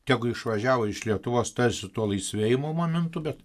tegu išvažiavo iš lietuvos tarsi tuo laisvėjimo momentu bet